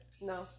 No